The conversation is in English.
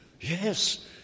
Yes